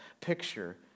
picture